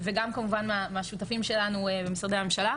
וגם כמובן מהשותפים שלנו, משרדי הממשלה.